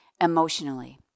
emotionally